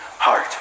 Heart